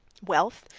wealth,